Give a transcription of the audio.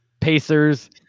pacers